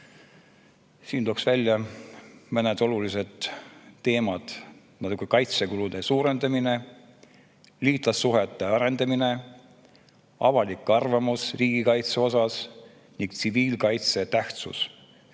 Siin tooks välja mõned olulised teemad: kaitsekulutuste suurendamine, liitlassuhete arendamine, avalik arvamus riigikaitse kohta ning tsiviilkaitse tähtsus.